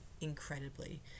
incredibly